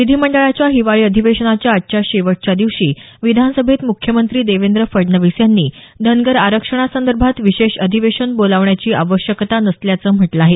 विधीमंडळाच्या हिवाळी अधिवेशनाच्या आजच्या शेवटच्या दिवशी विधानसभेत मुख्यमंत्री देवेंद्र फडणवीस यांनी धनगर आरक्षणासंदर्भात विशेष अधिवेशन बोलवण्याची आवश्यकता नसल्याचं म्हटलं आहे